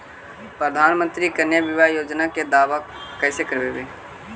प्रधानमंत्री कन्या बिबाह योजना के दाबा कैसे करबै?